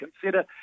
consider